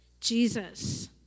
Jesus